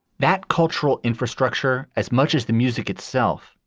that cultural infrastructure, as much as the music itself,